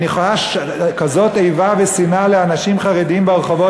אני חש כזאת איבה ושנאה לאנשים חרדים ברחובות,